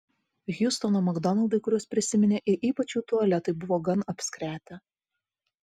hjustono makdonaldai kuriuos prisiminė ir ypač jų tualetai buvo gan apskretę